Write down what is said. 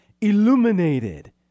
illuminated